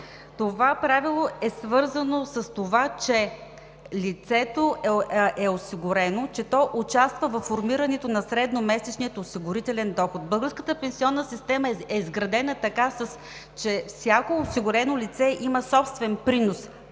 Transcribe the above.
Това правило е свързано с това, че лицето е осигурено, че то участва във формирането на средномесечния осигурителен доход. Българската пенсионна система е изградена така, че всяко осигурено лице има собствен принос,